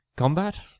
Combat